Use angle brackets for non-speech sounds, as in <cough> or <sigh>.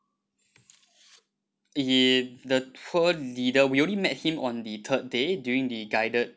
<noise> the tour leader we only met him on the third day during the guided